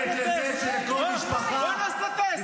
אל תטיף לי.